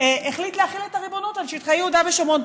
החליט להחיל את הריבונות על שטחי יהודה ושומרון.